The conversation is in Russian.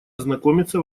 ознакомиться